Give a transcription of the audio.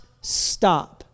stop